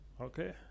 okay